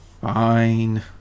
Fine